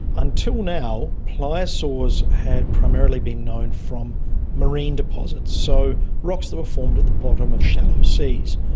until now, pliosaurs had primarily been known from marine deposits, so rocks that were formed at the bottom of shallow seas.